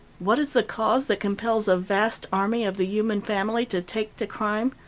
what is the cause that compels a vast army of the human family to take to crime,